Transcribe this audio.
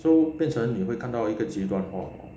so 变成你会看到一个极端咯